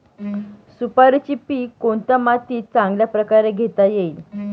सुपारीचे पीक कोणत्या मातीत चांगल्या प्रकारे घेता येईल?